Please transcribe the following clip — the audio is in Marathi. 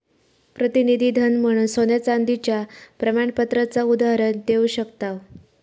प्रतिनिधी धन म्हणून सोन्या चांदीच्या प्रमाणपत्राचा उदाहरण देव शकताव